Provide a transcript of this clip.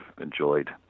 enjoyed